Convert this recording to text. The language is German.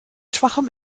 schwachem